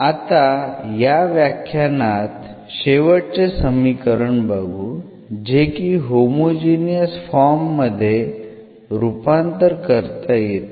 आता या व्याख्यानात शेवटचे समीकरण बघू जे की होमोजिनियस फॉर्म मध्ये रूपांतर करता येतील